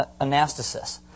anastasis